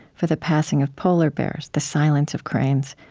for the passing of polar bears, the silence of cranes,